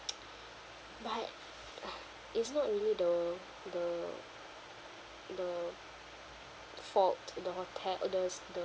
but uh it's not really the the the fault the hotel uh the s~ the